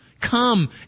Come